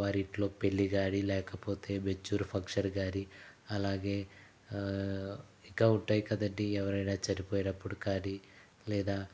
వారింట్లో పెళ్ళి కాని లేకపోతే మెచ్చుర్ ఫంక్షన్ కాని అలాగే ఇంకా ఉంటాయి కదండి ఎవరైనా చనిపోయినప్పుడు కానీ లేదా